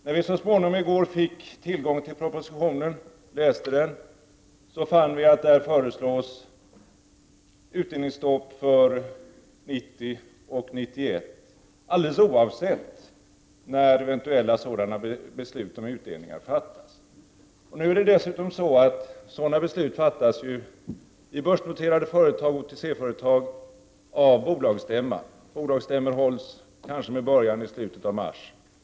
När vi så småningom i går fick tillgång till propositionen och läste den, fann vi att där föreslås utdelningsstopp för 1990 och 1991, oavsett när eventuella beslut om utdelningar fattas. Sådana beslut fattas ju i börsnoterade företag och i OTC-företag av bolagsstämmorna, och dessa hålls med början i kanske i slutet av mars.